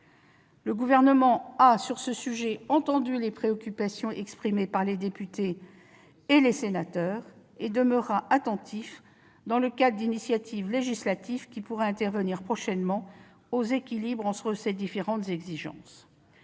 le Gouvernement a entendu les préoccupations exprimées par les députés et les sénateurs et demeurera attentif, dans le cadre d'initiatives législatives qui pourraient intervenir prochainement, aux équilibres entre ces différentes exigences.